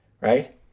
right